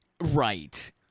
Right